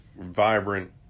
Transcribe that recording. vibrant